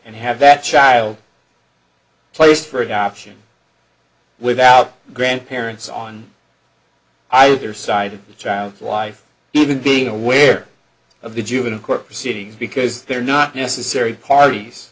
and have that child placed for adoption without grandparents on either side of the child's life even being aware of the juvenile court proceedings because they're not necessary parties